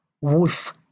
wolf